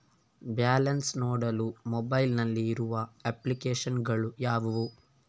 Balance ನೋಡಲು mobile ನಲ್ಲಿ ಇರುವ ಅಪ್ಲಿಕೇಶನ್ ಗಳು ಯಾವುವು?